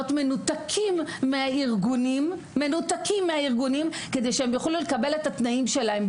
מנותקים מן הארגונים כדי שהם יוכלו לקבל את התנאים שלהם.